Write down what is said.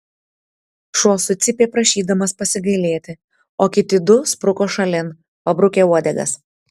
šuo sucypė prašydamas pasigailėti o kiti du spruko šalin pabrukę uodegas